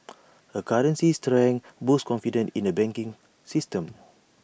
A currency's strength boosts confidence in the banking system